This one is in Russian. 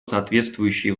соответствующие